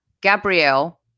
Gabrielle